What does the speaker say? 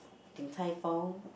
Din-Tai-Fung